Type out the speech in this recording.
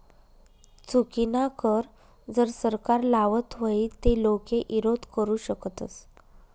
चुकीनाकर कर जर सरकार लावत व्हई ते लोके ईरोध करु शकतस